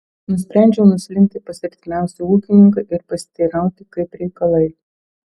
nusprendžiau nuslinkti pas artimiausią ūkininką ir pasiteirauti kaip reikalai